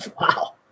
Wow